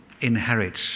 inherits